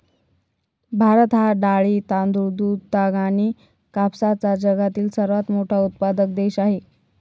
भारत हा डाळी, तांदूळ, दूध, ताग आणि कापसाचा जगातील सर्वात मोठा उत्पादक देश आहे